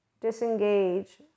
disengage